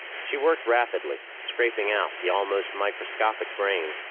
she worked rapidly, scraping out the almost microscopic brain,